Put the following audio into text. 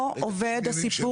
הסיפור לא עובד.